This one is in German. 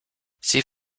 sie